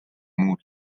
muud